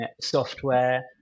software